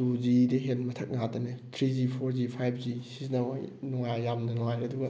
two ꯖꯤꯗꯩ ꯍꯦꯟꯕ ꯃꯊꯛ ꯉꯥꯛꯇꯅꯦ three G four G five G ꯁꯤꯖꯤꯟꯅꯕ ꯅꯨꯡꯉꯥꯏ ꯌꯥꯝꯅ ꯅꯨꯡꯉꯥꯏꯔꯦ ꯑꯗꯨꯒ